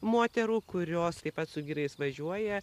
moterų kurios taip pat su vyrais važiuoja